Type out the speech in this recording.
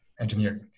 Engineering